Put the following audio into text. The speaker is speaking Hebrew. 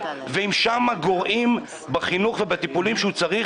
אם שם גורעים בחינוך ובטיפולים שהוא צריך,